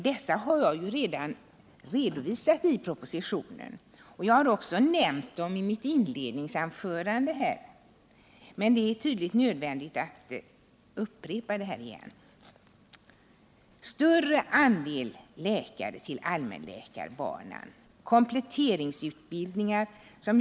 Jag har redovisat dessa åtgärder i propositionen, och jag har också nämnt dem i mitt inledningsanförande, men det är tydligt att det är nödvändigt att jag upprepar dem.